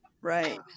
Right